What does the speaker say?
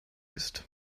ist